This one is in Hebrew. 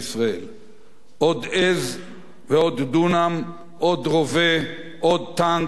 עוד עז ועוד דונם, עוד רובה, עוד טנק, עוד מטוס.